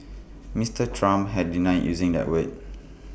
Mister Trump had denied using that word